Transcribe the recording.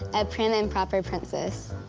and prim and proper princess.